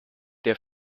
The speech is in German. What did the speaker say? der